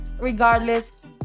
regardless